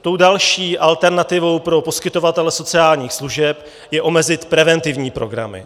Tou další alternativou pro poskytovatele sociálních služeb je omezit preventivní programy.